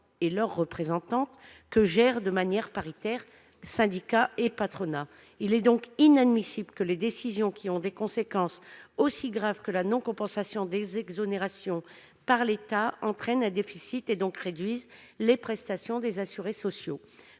et à leurs représentants, au travers de la gestion paritaire par les syndicats et le patronat. Il est inadmissible que les décisions qui ont des conséquences aussi graves que la non-compensation des exonérations par l'État entraînent un déficit et donc réduisent les prestations des assurés sociaux.